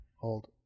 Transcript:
Hold